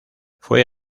fue